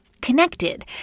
Connected